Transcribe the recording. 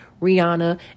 Rihanna